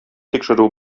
тикшерү